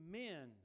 men